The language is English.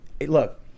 look